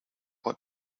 what